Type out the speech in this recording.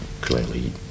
clearly